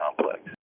complex